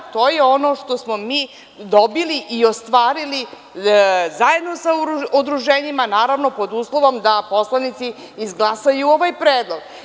To je ono što smo mi dobili i ostvarili zajedno sa udruženjima, naravno pod uslovom da poslanici izglasaju ovaj predlog.